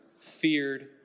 feared